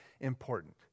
important